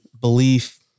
belief